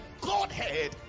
Godhead